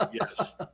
Yes